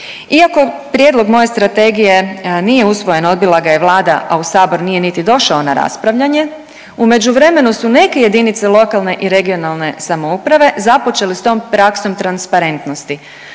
Iako prijedlog moje strategije nije usvojen, odbila ga je Vlada, a u Sabor nije niti došao na raspravljanje, u međuvremenu su neke jedinice lokalne i regionalne samouprave započele s tom praksom transparentnosti